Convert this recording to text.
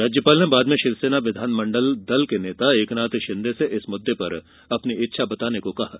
राज्यपाल ने बाद में शिवसेना विधानमंडल दल के नेता एकनाथ शिंदे से इस मुद्दे पर अपनी इच्छा बताने को कहा है